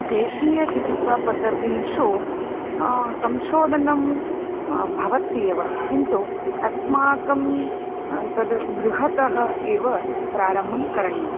देशीयचिकित्सापद्धतिषु संशोधनं भवत्येव किन्तु अस्माकं तद् गृहतः एव प्रारम्भं करणीयम्